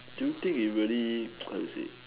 do you think it really how to say